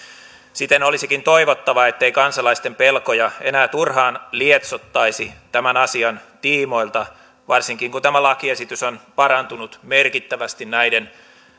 siten olisikin toivottavaa ettei kansalaisten pelkoja enää turhaan lietsottaisi tämän asian tiimoilta varsinkin kun tämä lakiesitys on parantunut merkittävästi näiden